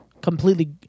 completely